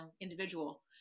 individual